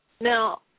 now